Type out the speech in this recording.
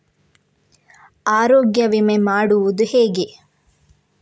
ಆರೋಗ್ಯ ವಿಮೆ ಮಾಡುವುದು ಹೇಗೆ?